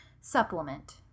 Supplement